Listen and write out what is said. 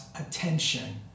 attention